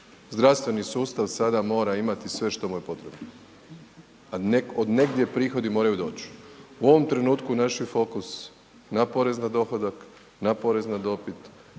Zdravstveni sustav sada mora imati sve što mu je potrebno, a od negdje moraju doć. U ovom trenutku naš je fokus na porez na dohodak, na porez na dobit,